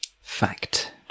Fact